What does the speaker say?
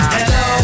Hello